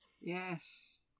Yes